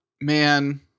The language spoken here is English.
man